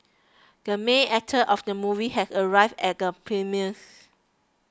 the main actor of the movie has arrived at the premieres